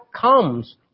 comes